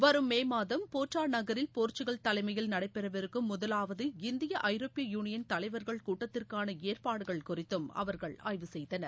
வரும் மே மாதம் போர்டோ நகரில் போர்ச்சுகல் தலைமையில் நடைபெறவிருக்கும் முதவாவது இந்திய ஐரோப்பிய யூனியன் தலைவர்கள் கூட்டத்திற்கான ஏற்பாடுகள் குறித்தும் அவர்கள் ஆய்வு செய்தனர்